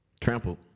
trampled